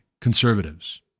conservatives